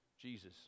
Jesus